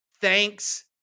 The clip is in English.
Thanks